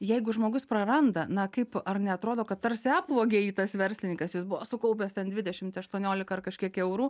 jeigu žmogus praranda na kaip ar neatrodo kad tarsi apvogė jį tas verslininkas jis buvo sukaupęs ten dvidešimt aštuoniolika ar kažkiek eurų